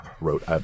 wrote